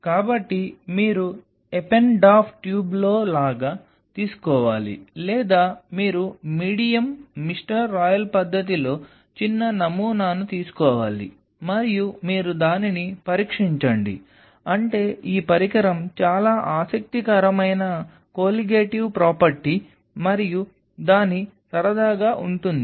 కాబట్టి మీరు ఎపెన్డార్ఫ్ ట్యూబ్లో లాగా తీసుకోవాలి లేదా మీరు మీడియం మిస్టర్ రాయల్ పద్ధతిలో చిన్న నమూనాను తీసుకోవాలి మరియు మీరు దానిని పరీక్షించండి అంటే ఈ పరికరం చాలా ఆసక్తికరమైన కొలిగేటివ్ ప్రాపర్టీ మరియు దాని సరదాగా ఉంటుంది